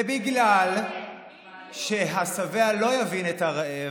ובגלל שהשבע לא יבין את הרעב,